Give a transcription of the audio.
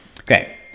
Okay